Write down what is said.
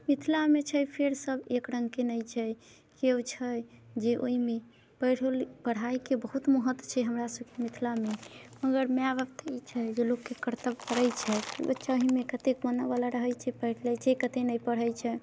मिथिलामे छै फेर सब एक रङ्गके नहि छै केओ छै जे ओइमे पढ़ियो पढ़ाइके बहुत महत्व छै हमरा सबके मिथिला मे मगर माय बाप तऽ ई छै लोकके कर्तव्य करे छै ओ बच्चा अहिमे कते बनयवला रहै छै पढ़ि लै छै कते नहि पढ़ै छै